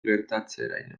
gertatzeraino